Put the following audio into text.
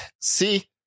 see